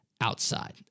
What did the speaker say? outside